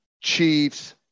Chiefs